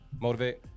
Motivate